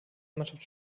mannschaft